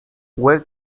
were